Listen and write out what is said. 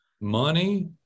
money